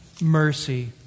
mercy